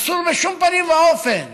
אסור בשום פנים ואופן